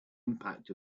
impact